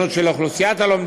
לפי השונות של אוכלוסיית הלומדים,